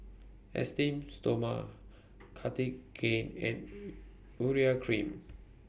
Esteem Stoma Cartigain and Urea Cream